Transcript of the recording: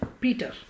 Peter